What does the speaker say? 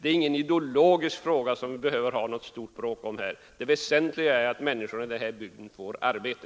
Det är ingen ideologisk fråga som vi behöver ha något stort bråk om här. Det väsentliga är att människorna i den här bygden får arbete.